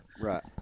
right